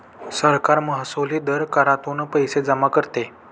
सरकार महसुली दर करातून पैसे जमा करते